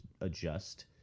adjust